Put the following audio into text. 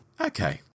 Okay